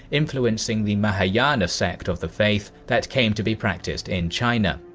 influencing the mahayana sect of the faith that came to be practiced in china.